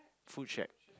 food shack